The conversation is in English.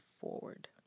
forward